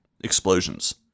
explosions